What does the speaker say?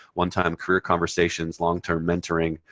one-time career conversations. long-term mentoring.